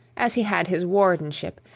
as he had his wardenship,